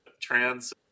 Trans